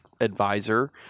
advisor